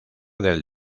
del